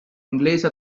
inglese